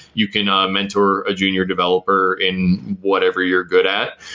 you can ah mentor a junior developer in whatever you're good at.